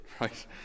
right